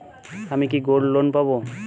আমি কি gold loan পাবো?